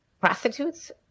prostitutes